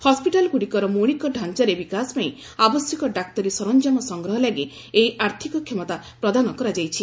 ହସ୍କିଟାଲଗୁଡ଼ିକର ମୌଳିକ ଡାଞ୍ଚାରେ ବିକାଶ ପାଇଁ ଆବଶ୍ୟକ ଡାକ୍ତରୀ ସରଞ୍ଜାମ ସଂଗ୍ରହ ଲାଗି ଏହି ଆର୍ଥକ କ୍ଷମତା ପ୍ରଦାନ କରାଯାଇଛି